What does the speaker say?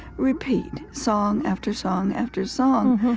repeat song after song after song.